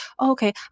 okay